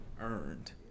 Earned